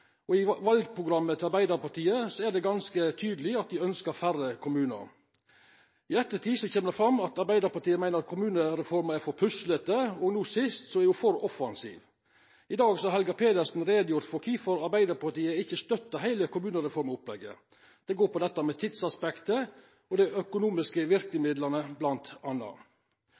Og i valprogrammet til Arbeidarpartiet er det ganske tydeleg at dei ønskjer færre kommunar. I ettertid kjem det fram at Arbeidarpartiet meiner at kommunereforma er for puslete, og no sist at ho er for offensiv. I dag har Helga Pedersen gjort greie for kvifor Arbeidarpartiet ikkje støttar heile kommunereformopplegget. Det går bl.a. på tidsaspektet og dei økonomiske